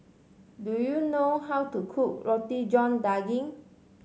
do you know how to cook Roti John Daging